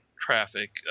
traffic